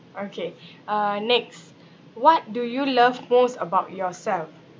okay uh next what do you love most about yourself